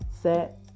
Set